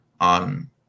on